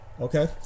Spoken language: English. Okay